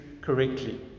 correctly